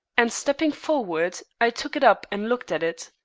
and stepping forward, i took it up and looked at it.